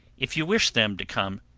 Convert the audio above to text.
if you wish them to come,